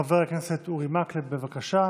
חבר הכנסת אורי מקלב, בבקשה.